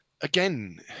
again